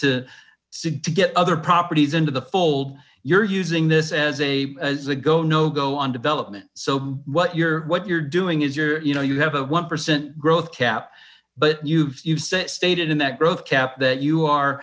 stick to get other properties into the fold you're using this as a as a go no go on development so what you're what you're doing is you're you know you have a one percent growth cap but you've you've stated in that growth cap that you are